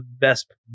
best